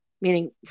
meaning